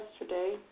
yesterday